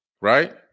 right